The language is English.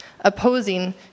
opposing